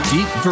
Deep